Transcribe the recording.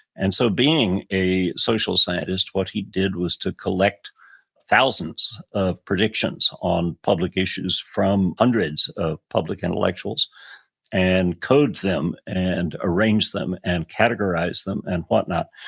so being a social scientist, what he did was to collect thousands of predictions on public issues from hundreds of public intellectuals and code them and arrange them and categorize them and whatnot,